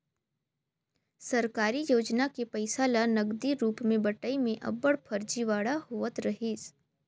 सरकारी योजना के पइसा ल नगदी रूप में बंटई में अब्बड़ फरजीवाड़ा होवत रहिस